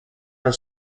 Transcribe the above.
and